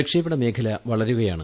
പ്രക്ഷേപണ മേഖല വളരുകയാണ്